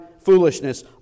foolishness